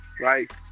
right